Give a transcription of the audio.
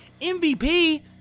MVP